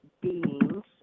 beings